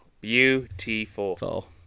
beautiful